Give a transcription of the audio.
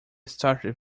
started